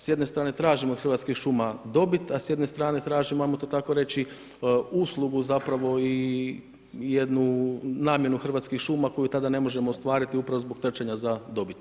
S jedne strane tražimo od Hrvatskih šuma dobit, a s jedne strane tražimo hajmo to tako reći uslugu zapravo i jednu namjenu Hrvatskih šuma koju tada ne možemo ostvariti upravo zbog trčanja za dobiti.